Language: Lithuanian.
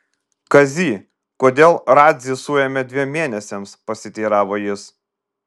kazy kodėl radzį suėmė dviem mėnesiams pasiteiravo jis